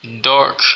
dark